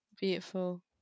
Beautiful